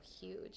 huge